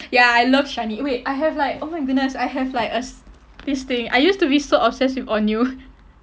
ya I love shinee wait I have like oh my goodness I have like a this thing I used to be so obsessed with onew